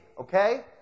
okay